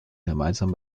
gemeinsam